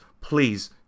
please